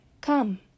Come